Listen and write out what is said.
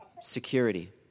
Security